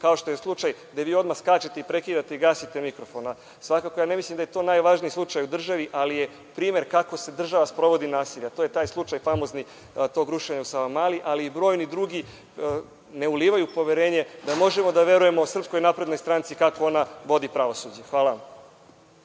što je slučaj gde vi odmah skačete i prekidate i gasite mikrofone, svakako ne mislim da je to najvažniji slučaj u državi, ali je primer kako država sprovodi nasilje, a to je taj slučaj famozni tog rušenja u Savamali, ali i brojni drugi ne ulivaju poverenje da možemo da verujemo SNS kako ona vodi pravosuđe. Hvala